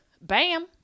Bam